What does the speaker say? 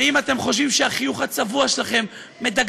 ואם אתם חושבים שהחיוך הצבוע שלכם מדרג